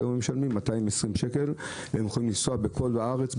והיום הם משלמים 220 שקל והם יכולים לנסוע בכל הארץ,